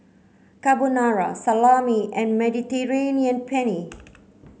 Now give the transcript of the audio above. Carbonara Salami and Mediterranean Penne